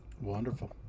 Wonderful